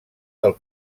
del